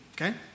okay